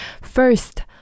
first